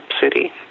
city